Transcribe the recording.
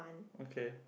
okay